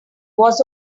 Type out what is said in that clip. was